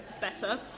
better